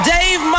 Dave